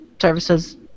services